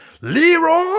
Leroy